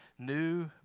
New